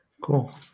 Cool